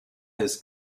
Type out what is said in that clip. his